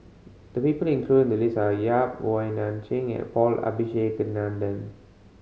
the people included in the list are Yap Wong Nai Chin and Paul Abisheganaden